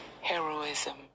heroism